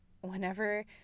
whenever